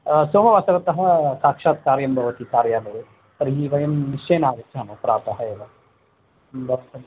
सोमवासरतः साक्षात् कार्यं भवति कार्यालये तर्हि वयं निश्चयेन आगच्छामः प्रातः एव